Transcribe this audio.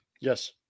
yes